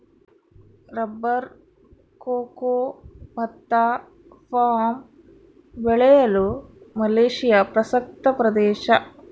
rubber cocoa ಭತ್ತ palm ಬೆಳೆಯಲು Malaysia ಪ್ರಸಕ್ತ ಪ್ರದೇಶ